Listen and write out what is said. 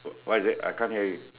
what is it I can't hear you